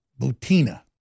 Butina